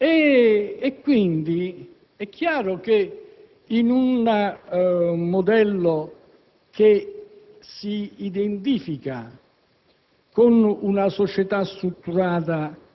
Questi modelli di prospettiva dello sviluppo delle comunità si stanno fronteggiando.